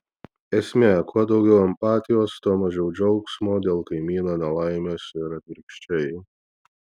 esmė kuo daugiau empatijos tuo mažiau džiaugsmo dėl kaimyno nelaimės ir atvirkščiai